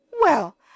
Well